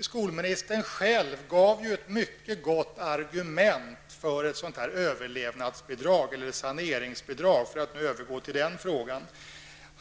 skolministern själv kom med ett mycket gott argument för ett överlevnads eller saneringsbidrag.